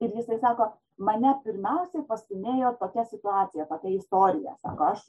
ir jisai sako mane pirmiausia pastūmėjo tokia situacija tokia istoriją sako aš